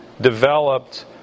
developed